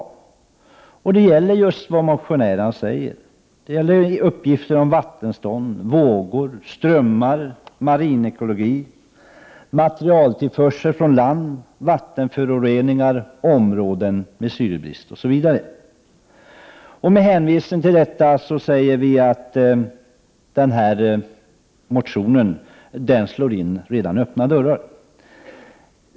Detta avsnitt behandlar just det reservanterna ber om: vattenstånd, vågor, strömmar, marinekologi, materialtillförsel från land, vattenföroreningar, områden med syrebrist osv. Med hänvisning till detta säger vi att den aktuella motionen slår in redan öppna dörrar.